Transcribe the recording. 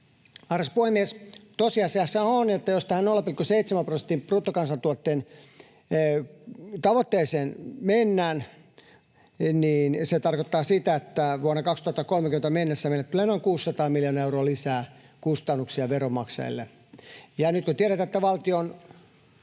Arvoisa puhemies! Tosiasiahan on, että jos tähän 0,7 prosentin bruttokansantuotetavoitteeseen mennään, niin se tarkoittaa sitä, että vuoteen 2030 mennessä meille tulee noin 600 miljoonaa euroa lisää kustannuksia veronmaksajille. Ja nyt kun tiedetään, että valtion